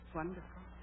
wonderful